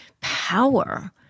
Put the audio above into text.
power